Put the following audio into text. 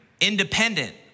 independent